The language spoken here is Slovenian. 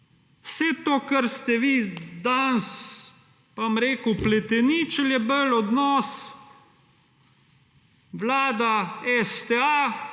Vse to, kar ste vi danes pa bom rekel pleteničili je bolj odnos Vlada, STA.